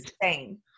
insane